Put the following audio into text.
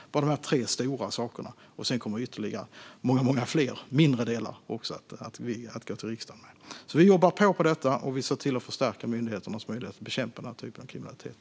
Detta är de tre stora sakerna, och sedan kommer många fler mindre delar också att gå till riksdagen. Vi jobbar på med detta och ser till att förstärka myndigheternas möjlighet att bekämpa den här typen av kriminalitet.